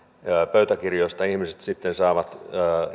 pöytäkirjoista ihmiset sitten saavat